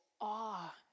awe